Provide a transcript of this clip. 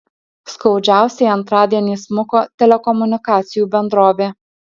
skaudžiausiai antradienį smuko telekomunikacijų bendrovė